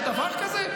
יש דבר כזה?